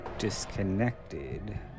disconnected